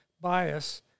bias